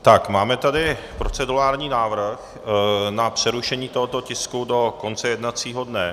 Tak, máme tady procedurální návrh na přerušení tohoto tisku do konce jednacího dne.